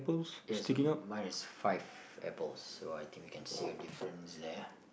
yes mine is five apples so I think we can see a difference there